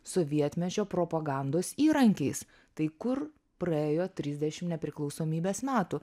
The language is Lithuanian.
sovietmečio propagandos įrankiais tai kur praėjo trisdešim nepriklausomybės metų